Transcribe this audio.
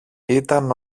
ήταν